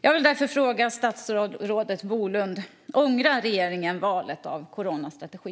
Jag vill därför fråga statsrådet Bolund: Ångrar regeringen valet av coronastrategi?